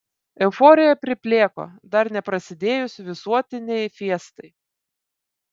euforija priplėko dar neprasidėjus visuotinei fiestai